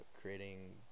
creating